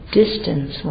distance